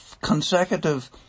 consecutive